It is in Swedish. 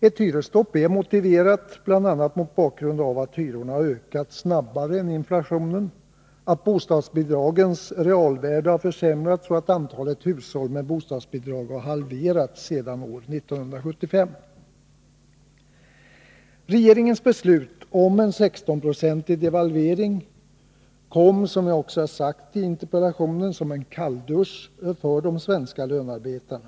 Ett hyresstopp är motiverat bl.a. mot bakgrund av att hyrorna har ökat snabbare än inflationen, att bostadsbidragens realvärde har försämrats och att antalet hushåll med bostadsbidrag har halverats sedan år 1975. 47 Nr 26 Regeringens beslut om en 16-procentig devalvering kom — som jag också Måndagen den sagt i interpellationen — som en kalldusch för de svenska lönarbetarna.